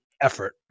effort